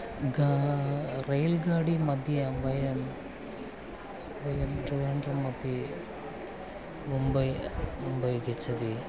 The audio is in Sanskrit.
गा रैल्गाडिमध्ये वयं वयं ट्रिवेण्ड्रंमध्ये मुम्बै मुम्बै गच्छामः